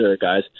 guys